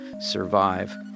Survive